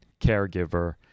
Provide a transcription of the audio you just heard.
caregiver